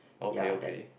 okay okay